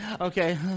Okay